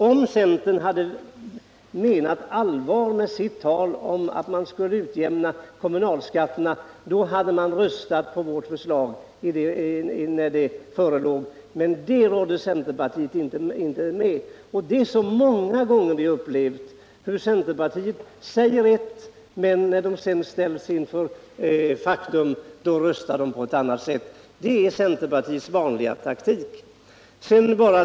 Om centern hade menat allvar med sitt tal om att man skulle utjämna kommunalskatterna hade man röstat på vårt förslag när det förelåg. Men det rådde centerpartiet inte med. Det är så många gånger vi upplevt hur centerpartiet uttalar sig på ett sätt, men när man sedan ställs inför faktum, då röstar man på ett annat sätt. Det är centerpartiets vanliga taktik.